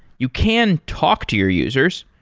you can talk to your users.